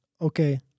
Okay